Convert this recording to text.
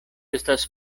estas